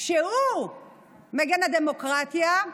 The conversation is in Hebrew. שהוא מגן הדמוקרטיה,